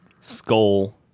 Skull